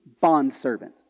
bondservant